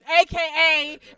AKA